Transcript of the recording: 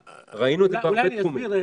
ראינו את זה בהרבה תחומים.